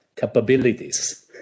capabilities